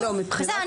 בסדר,